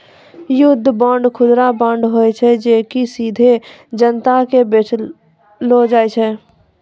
युद्ध बांड, खुदरा बांड होय छै जे कि सीधे जनता के बेचलो जाय छै